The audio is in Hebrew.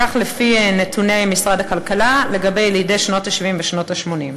כך לפי נתוני משרד הכלכלה לגבי ילידי שנות ה-70 ושנות ה-80.